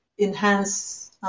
enhance